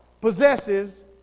possesses